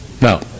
no